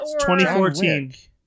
2014